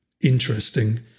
interesting